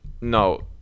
No